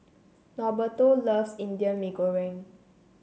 Norberto loves Indian Mee Goreng